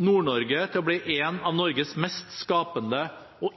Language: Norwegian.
Nord-Norge til å bli en av Norges mest skapende og